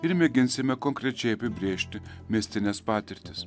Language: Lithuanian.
ir mėginsime konkrečiai apibrėžti mistines patirtis